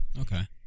Okay